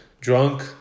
Drunk